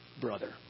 brother